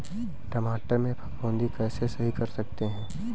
टमाटर से फफूंदी कैसे सही कर सकते हैं?